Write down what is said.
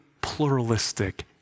pluralistic